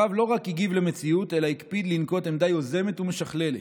הרב לא רק הגיב למציאות אלא הקפיד לנקוט עמדה יוזמת ומשכללת.